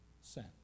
sent